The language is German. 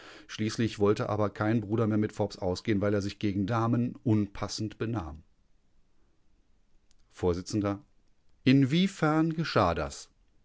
schließlich wollte aber kein bruder mehr mit forbes ausgehen weil er sich gegen damen unpassend benahm vors inwiefern geschah das